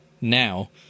now